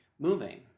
moving